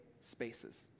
spaces